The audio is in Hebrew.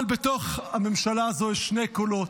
אבל בתוך הממשלה הזו יש שני קולות,